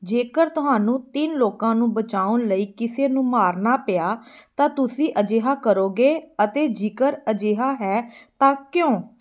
ਜੇਕਰ ਤੁਹਾਨੂੰ ਤਿੰਨ ਲੋਕਾਂ ਨੂੰ ਬਚਾਉਣ ਲਈ ਕਿਸੇ ਨੂੰ ਮਾਰਨਾ ਪਿਆ ਤਾਂ ਤੁਸੀਂ ਅਜਿਹਾ ਕਰੋਗੇ ਅਤੇ ਜੇਕਰ ਅਜਿਹਾ ਹੈ ਤਾਂ ਕਿਉਂ